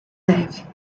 deve